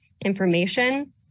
information